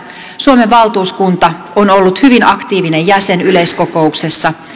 suomen valtuuskunta on ollut hyvin aktiivinen jäsen yleiskokouksessa